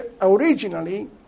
originally